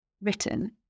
written